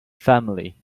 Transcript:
family